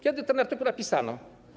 Kiedy ten artykuł napisano?